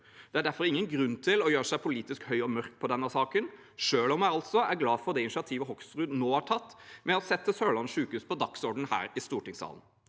Det er derfor ingen grunn til å gjøre seg politisk høy og mørk i denne saken, selv om jeg altså er glad for det initiativet Hoksrud nå har tatt med å sette Sørlandet sykehus på dagsordenen her i stortingssalen.